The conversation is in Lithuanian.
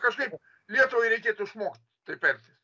kažkaip lietuvai reikėtų išmokt taip elgtis